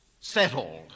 settled